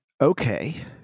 okay